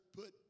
put